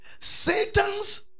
Satan's